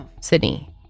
Sydney